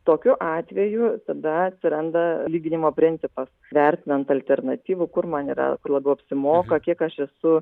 tokiu atveju tada atsiranda lyginimo principas vertinant alternatyvų kur man yra labiau apsimoka kiek aš esu